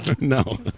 No